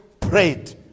prayed